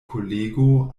kolego